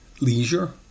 Leisure